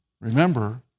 Remember